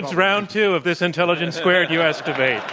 round two of this intelligence squared u. s. debate.